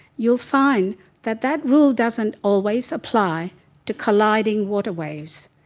you will find that that rule doesn't always apply to colliding water waves.